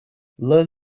learn